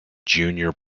junior